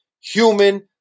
Human